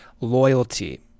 loyalty